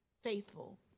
faithful